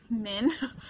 men